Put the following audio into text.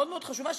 מאוד מאוד חשובה,